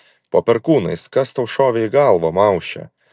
po perkūnais kas tau šovė į galvą mauše